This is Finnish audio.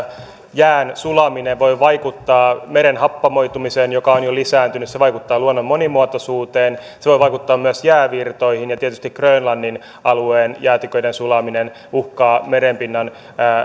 jään sulaminen voi vaikuttaa meren happamoitumiseen joka on jo lisääntynyt se vaikuttaa luonnon monimuotoisuuteen se voi vaikuttaa myös jäävirtoihin ja tietysti grönlannin alueen jäätiköiden sulaminen uhkaa merenpinnan